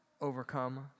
overcome